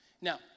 Now